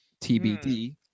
TBD